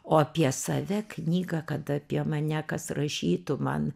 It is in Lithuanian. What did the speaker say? o apie save knygą kad apie mane kas rašytų man